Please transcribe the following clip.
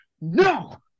No